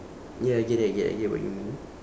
ya I get it I get I get what you mean